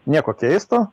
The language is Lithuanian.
nieko keisto